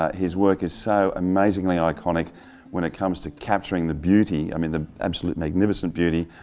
his work is so amazingly iconic when it comes to capturing the beauty, i mean the absolute magnificent beauty,